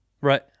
Right